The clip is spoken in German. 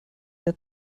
der